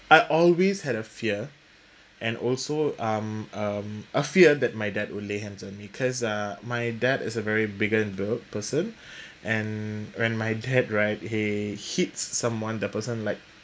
I always had a fear and also um um a fear that my dad will lay hands on me because my dad is a very bigger in build person and when my dad right he hits someone the person like